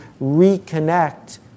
reconnect